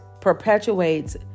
perpetuates